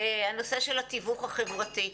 הנושא של התיווך החברתי.